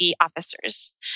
officers